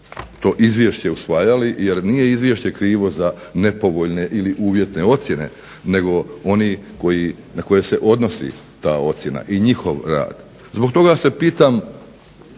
to izvješće usvajali, jer nije izvješće krivo za nepovoljne ili uvjetne ocjene, nego oni na koje se odnosi ta ocjena i njihov rad. Zbog toga se pitam,